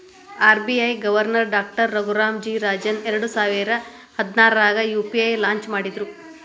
RBI governor doctor Raghuram G Rajan ಎರಡಸಾವಿರ ಹದ್ನಾರಾಗ UPI launch ಮಾಡಿದ್ರು